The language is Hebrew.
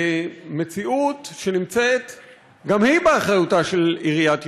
למציאות שגם היא באחריותה של עיריית ירושלים,